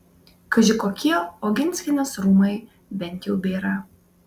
kaži kokie oginskienės rūmai bent jau bėra